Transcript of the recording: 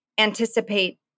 Anticipate